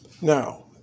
Now